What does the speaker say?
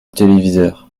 téléviseur